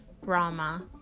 Rama